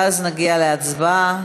ואז נעבור להצבעה.